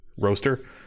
roaster